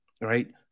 right